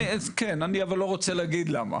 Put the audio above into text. כן, אני אבל לא רוצה להגיד למה.